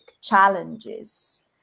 challenges